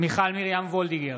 מיכל מרים וולדיגר,